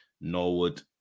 Norwood